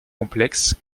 complexe